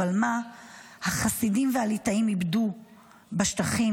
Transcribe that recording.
אבל מה החסידים והליטאים איבדו --- בשטחים?